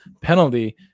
penalty